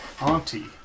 auntie